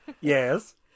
Yes